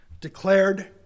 declared